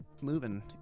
moving